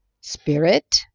spirit